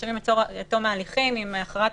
נאשמים שעצורים עד תום ההליכים אם הכרעת